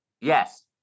Yes